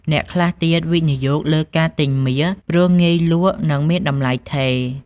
អ្នកខ្លះទៀតវិនិយោគលើការទិញមាស ព្រោះងាយលក់ និងមានតម្លៃថេរ។